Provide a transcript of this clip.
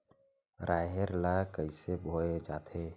राहेर ल कइसे बोय जाथे?